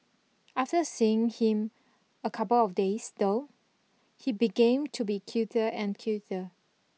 after seeing him a couple of days though he began to be cuter and cuter